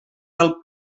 del